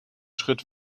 schritt